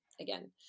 again